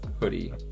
hoodie